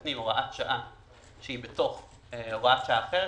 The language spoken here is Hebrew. מתקנים הוראת שעה שהיא בתוך הוראת שעה אחרת,